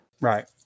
right